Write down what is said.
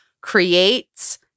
creates